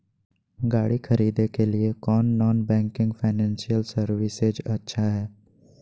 गाड़ी खरीदे के लिए कौन नॉन बैंकिंग फाइनेंशियल सर्विसेज अच्छा है?